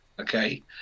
Okay